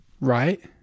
Right